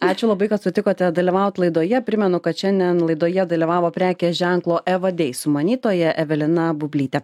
ačiū labai kad sutikote dalyvaut laidoje primenu kad šiandien laidoje dalyvavo prekės ženklo evadei sumanytoja evelina bublytė